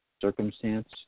circumstance